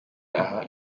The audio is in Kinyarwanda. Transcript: aha